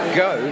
go